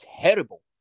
terrible